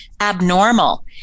abnormal